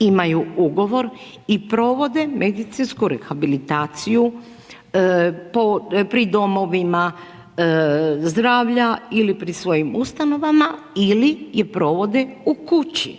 imaju ugovor i provode medicinsku rehabilitaciju pri domovima zdravlja ili pri svojim ustanovama ili je provode u kući.